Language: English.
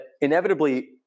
inevitably